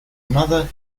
another